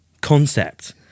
concept